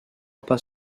pas